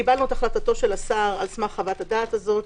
קיבלנו את החלטתו של השר על סמך חוות הדעת הזו,